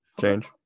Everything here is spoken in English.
change